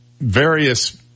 various